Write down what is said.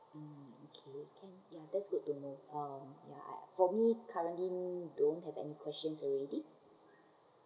um okay can ya that's good to know um ya for me currently don't have any questions already